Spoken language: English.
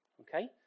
Okay